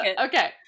Okay